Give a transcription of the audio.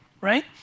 right